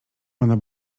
ona